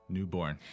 Newborn